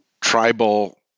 tribal